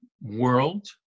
world